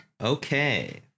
Okay